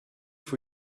for